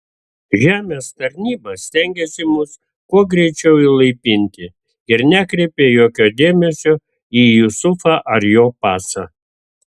žemės tarnyba stengėsi mus kuo greičiau įlaipinti ir nekreipė jokio dėmesio į jusufą ar jo pasą